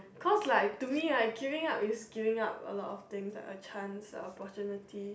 course like to me giving up is giving up a lot of things like a chance opportunity